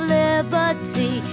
liberty